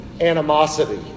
animosity